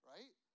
Right